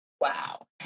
Wow